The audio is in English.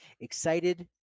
Excited